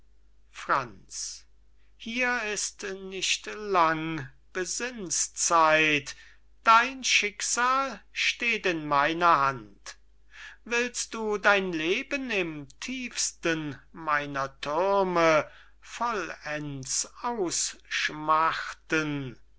franz hier ist nicht lang besinnszeit dein schicksal steht in meiner hand willst du dein leben im tiefsten meiner thürme vollends ausschmachten